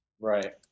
Right